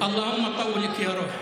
(אומר בערבית: אלוהים, שלח לי סבלנות,